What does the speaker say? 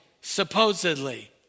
supposedly